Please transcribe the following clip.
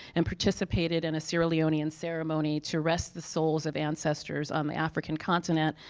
and participated in a sierra leonean ceremony to rest the souls of ancestors on the africa continent,